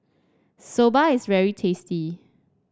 Soba is very tasty